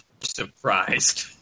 surprised